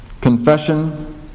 Confession